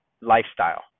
lifestyle